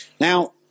now